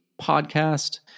podcast